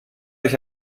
euch